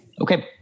Okay